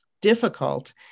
difficult